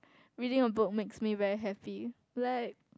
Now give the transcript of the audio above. really a book makes me very happy like